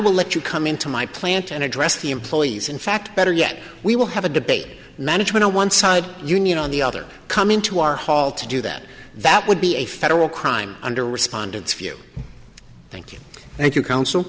will let you come into my plant and address the employees in fact better yet we will have a debate management on one side union on the other coming to our hall to do that that would be a federal crime under respondents view thank you thank you counsel